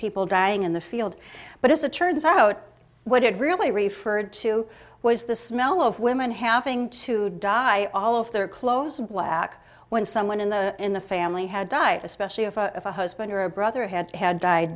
people dying in the field but as it turns out what it really referred to was the smell of women having to die all of their clothes black when someone in the in the family had died especially if a husband or a brother had had died